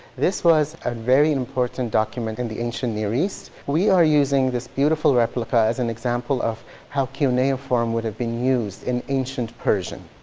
this was a very important document in the ancient near east. we are using this beautiful replica as an example of how cuneiform would have been used in ancient persian.